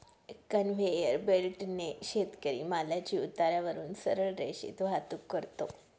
conveyor बेल्टने शेतकरी मालाची उतारावरून सरळ रेषेत वाहतूक करतो